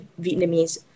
Vietnamese